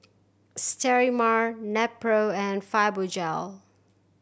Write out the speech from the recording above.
Sterimar Nepro and Fibogel